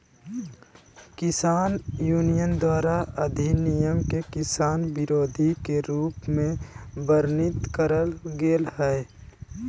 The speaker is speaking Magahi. किसान यूनियन द्वारा अधिनियम के किसान विरोधी के रूप में वर्णित करल गेल हई